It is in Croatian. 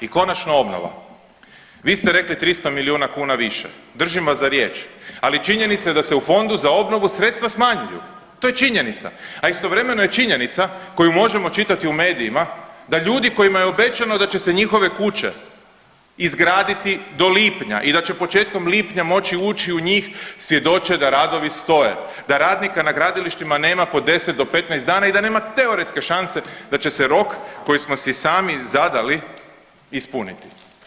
I konačno obnova, vi ste rekli 300 milijuna kuna više, držim vas za riječ, ali činjenica je da se u Fondu za obnovu sredstva smanjuju, to je činjenica, a istovremeno je činjenica koju možemo čitati u medijima da ljudi kojima je obećano da će se njihove kuće izgraditi do lipnja i da će početkom lipnja moći ući u njih, svjedoče da radovi stoje, da radnika na gradilištima nema po 10 do 15 dana i da nema teoretske šanse da će se rok koji smo si sami zadali ispuniti.